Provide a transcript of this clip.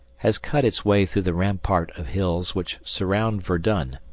has cut its way through the rampart of hills which surround verdun,